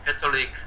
Catholic